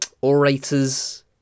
orators